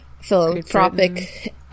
philanthropic